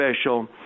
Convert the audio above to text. special